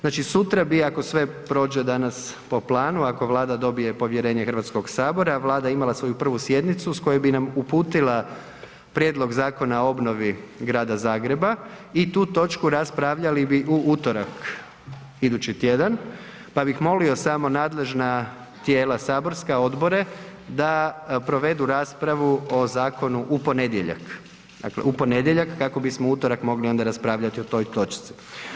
Znači, sutra bi ako sve prođe danas po planu, ako Vlada dobije povjerenje Hrvatskog sabora, Vlada imala svoju prvu sjednicu s koje bi nam uputila Prijedlog Zakona o obnovi Grada Zagreba i tu točku raspravljali bi u utorak idući tjedan, pa bih molio samo nadležna tijela saborska, odbore, da provedu raspravu o zakonu u ponedjeljak, dakle u ponedjeljak kako bismo u utorak mogli onda raspravljati o toj točci.